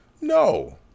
No